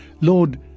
Lord